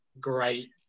great